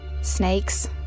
Snakes